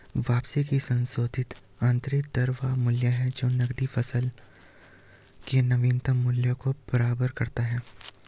वापसी की संशोधित आंतरिक दर वह मूल्य है जो नकदी प्रवाह के नवीनतम मूल्य को बराबर करता है